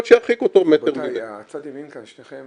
אבל שירחיק אותו -- מר דישון,